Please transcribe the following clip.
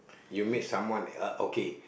you meet someone uh okay